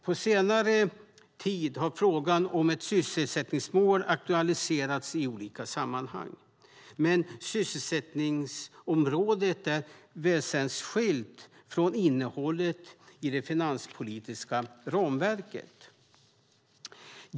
På senare tid har frågan om ett sysselsättningsmål aktualiserats i olika sammanhang. Men sysselsättningsområdet är väsensskilt från innehållet i det finanspolitiska ramverket.